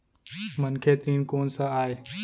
मनखे ऋण कोन स आय?